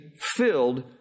filled